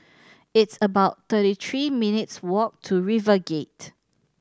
it's about thirty three minutes' walk to RiverGate